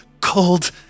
cold